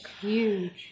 huge